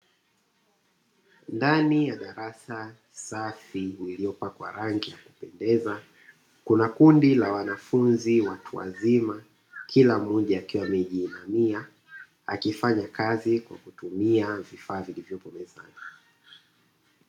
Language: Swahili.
Ndani ya darasa safi lililopakwa rangi ya kupendeza kuna kundi la wanafunzi watu wazima, kila mmoja akiwa amejihinamia akifanya kazi kwa kutumia vifaa vilivyopo mezani.